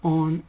on